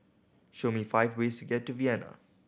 show me five ways get to Vienna